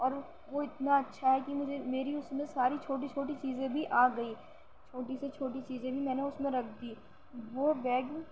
اور وہ اتنا اچھا ہے کہ مجھے میری اُس میں ساری چھوٹی چھوٹی چیزیں بھی آ گئی چھوٹی سے چھوٹی چیزیں بھی میں نے اُس میں رکھ دی وہ بیگ